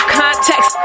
context